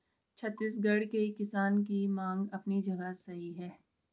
छत्तीसगढ़ के किसान की मांग अपनी जगह सही है